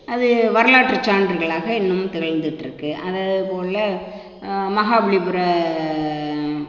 அது வரலாற்றுச் சான்றுகளாக இன்னமும் திகழ்ந்துட்டுருக்கு அதே போல் மகாபலிபுரம்